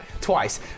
Twice